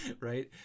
right